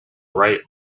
right